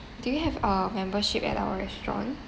do you have a membership at our restaurant